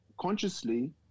consciously